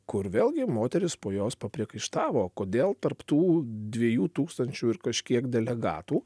kur vėlgi moterys po jos papriekaištavo kodėl tarp tų dviejų tūkstančių ir kažkiek delegatų